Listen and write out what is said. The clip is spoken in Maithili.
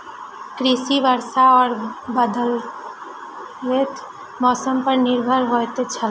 कृषि वर्षा और बदलेत मौसम पर निर्भर होयत छला